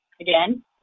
again